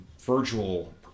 virtual